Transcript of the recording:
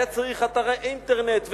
היה צריך אתרי אינטרנט,